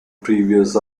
previous